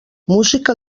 música